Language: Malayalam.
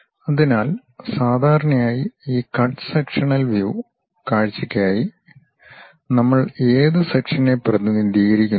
അതിനാൽ സാധാരണയായി ഈ കട്ട് സെക്ഷനൽ വ്യു കാഴ്ചയ്ക്കായി നമ്മൾ ഏത് സെക്ഷനെ പ്രതിനിധീകരിക്കുന്നു